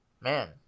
Man